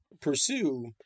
pursue